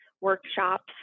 workshops